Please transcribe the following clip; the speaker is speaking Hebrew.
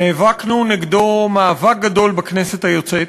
נאבקנו נגדו מאבק גדול בכנסת היוצאת,